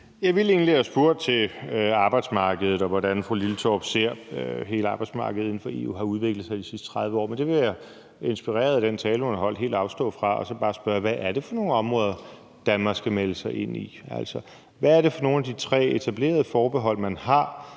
Jeg ville egentlig have spurgt til arbejdsmarkedet, og hvordan fru Karin Liltorp ser at hele arbejdsmarkedet inden for EU har udviklet sig i de sidste 30 år, men det vil jeg, inspireret af den tale, hun har holdt, helt afstå fra og så bare spørge: Hvad er det for nogle områder, Danmark skal melde sig ind i? Hvad er det for nogle af de tre etablerede forbehold, man har